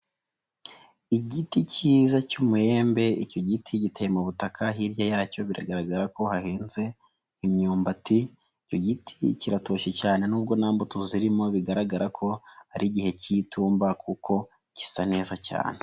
Igiti cyiza cy'umuhembe icyo giti giteye mu butaka hirya yacyo biragaragara ko hahinze imyumbati. Icyo giti kiratoshye cyane nubwo nta mbuto zirimo bigaragara ko ari igihe cy'itumba kuko gisa neza cyane.